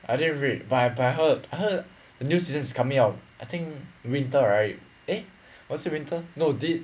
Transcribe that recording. I didn't read but I but I heard I heard the new season is coming out I think winter right eh or is it winter no thi~